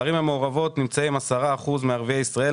בערים המעורבות נמצאים 10% מערביי ישראל,